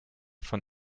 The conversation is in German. von